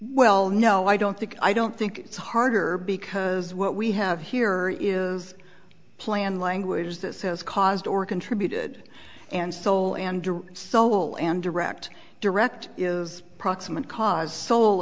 well no i don't think i don't think it's harder because what we have here is a plan language that says caused or contributed and soul and soul and direct direct is proximate cause soul